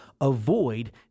avoid